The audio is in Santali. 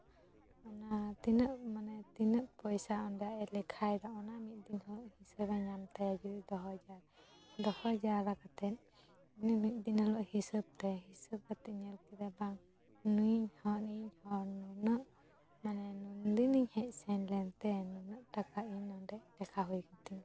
ᱚᱱᱟ ᱛᱤᱱᱟᱹᱜ ᱢᱟᱱᱮ ᱛᱤᱱᱟᱹᱜ ᱯᱚᱭᱥᱟ ᱟᱡ ᱚᱸᱰᱮᱭ ᱞᱮᱠᱷᱟᱭ ᱫᱟ ᱚᱱᱟ ᱢᱤᱫ ᱫᱤᱱ ᱦᱚᱸ ᱦᱤᱥᱟᱹᱵᱮᱭ ᱧᱟᱢ ᱛᱟᱭᱟ ᱡᱩᱫᱤᱭ ᱫᱚᱦᱚ ᱡᱟᱣᱨᱟᱭᱟ ᱫᱚᱦᱚ ᱡᱟᱣᱨᱟ ᱠᱟᱛᱮᱫ ᱚᱱᱟ ᱢᱤᱫ ᱫᱤᱱ ᱦᱤᱞᱳᱜ ᱦᱤᱥᱟᱹᱵᱽ ᱛᱟᱭᱟᱭ ᱦᱤᱥᱟᱹᱵᱽ ᱠᱟᱛᱮ ᱧᱮᱞ ᱠᱮᱫᱟᱭ ᱵᱟᱝ ᱱᱩᱭ ᱦᱚᱲ ᱱᱩᱱᱟᱹᱜ ᱢᱟᱱᱮ ᱱᱩᱱ ᱫᱤᱱᱤᱧ ᱦᱮᱡ ᱥᱮᱱ ᱞᱮᱱᱛᱮ ᱱᱩᱱᱟᱹᱜ ᱴᱟᱠᱟ ᱤᱧ ᱞᱮᱠᱷᱟ ᱦᱩᱭᱟᱠᱟᱱ ᱛᱤᱧᱟᱹ